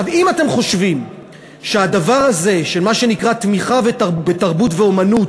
אם אתם חושבים שהדבר הזה של מה שנקרא תמיכה בתרבות ואמנות,